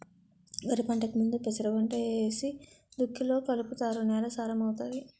వరిపంటకు ముందు పెసరపంట ఏసి దుక్కిలో కలుపుతారు నేల సారం అవుతాది